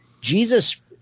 jesus